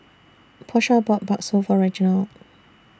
Porsha bought Bakso For Reginald